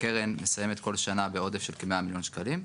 הקרן מסיימת כל שנה בעודף של כ-100 מיליון שקלים.